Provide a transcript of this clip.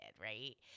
right